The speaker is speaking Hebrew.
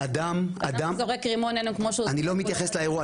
אדם זורק רימון כמו --- אני לא מתייחס לאירוע,